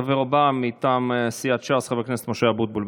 הדובר הבא, מטעם סיעת ש"ס, חבר הכנסת משה אבוטבול.